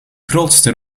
grootste